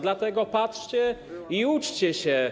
Dlatego patrzcie i uczcie się.